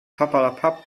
papperlapapp